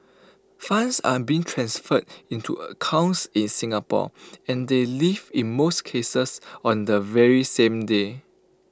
funds are being transferred into accounts in Singapore and they leave in most cases on the very same day